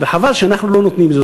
וחבל שאנחנו לא נותנים לזוז.